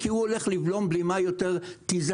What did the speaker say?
כי הוא הולך לבלום בלימה יותר וכולי.